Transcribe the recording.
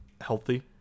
healthy